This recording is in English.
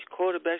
quarterbacks